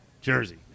jersey